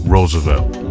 Roosevelt